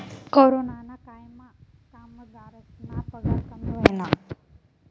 कोरोनाना कायमा कामगरस्ना पगार कमी व्हयना